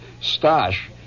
Stash